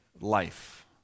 life